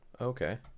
okay